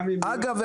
גם אם --- אגב,